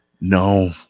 No